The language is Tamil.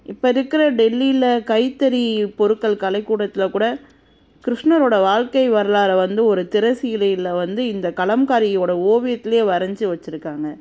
இப்போ இருக்கிற டெல்லியில் கைத்தறிப் பொருட்கள் கலைக்கூடத்தில்க்கூட கிருஷ்ணரோடய வாழ்க்கை வரலாறை வந்து ஒரு திரைச் சீலையில் வந்து இந்த கலம்காரியோடய ஓவியத்துலேயே வரைஞ்சி வெச்சுருக்காங்க